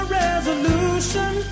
resolution